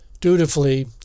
Dutifully